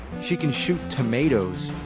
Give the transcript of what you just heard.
she can shoot tomatoes.